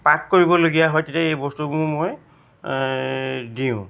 পাগ কৰিবলগীয়া হয় তেতিয়া এই বস্তুবোৰ মই দিওঁ